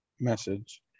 message